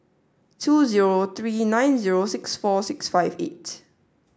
two zero three nine zero six four six five eight